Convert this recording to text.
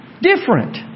different